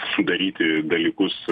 sudaryti dalykus